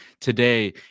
today